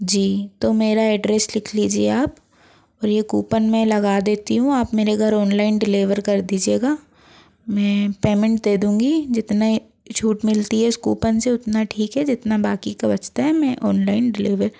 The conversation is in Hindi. जी तो मेरा एड्रेस लिख लीजिए आप और ये कूपन मैं लगा देती हूँ आप मेरे घर ऑनलाइन डिलेवर कर दीजिएगा मैं पेमेंट दे दूँगी जितने छूट मिलती है इस कूपन से उतना ठीक है जितना बाकि का बचता है मैं ऑनलाइन डिलेवर